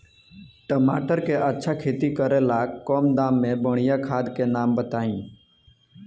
टमाटर के अच्छा खेती करेला कम दाम मे बढ़िया खाद के नाम बताई?